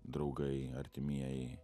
draugai artimieji